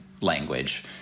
language